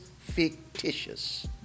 fictitious